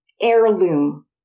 heirloom